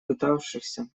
пытавшихся